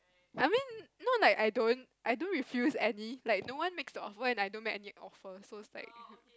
I mean not like I don't I do refuse any like no one makes the offer and I don't make any offer so it's like